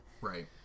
Right